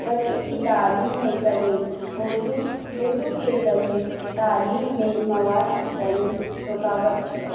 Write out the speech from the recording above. بچوں کی تعلیم میں کمی اردو اردو کے ذریعے تعلیم میں مواد کی کمی رکاوٹ ہے